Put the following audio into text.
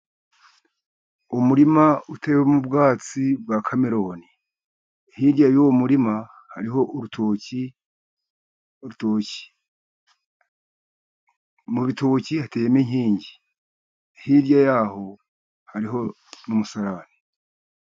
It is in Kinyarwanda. Umurima uteyemo ubwatsi bwa kameroni. Hirya y'uwo murima hariho urutoki, urutoki. Mu rutoki hateyemo inkingi. Hirya ya ho hariho n'umusarani.